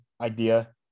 idea